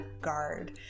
guard